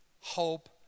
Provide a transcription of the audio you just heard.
hope